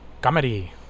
Comedy